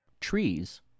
Trees